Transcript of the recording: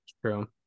True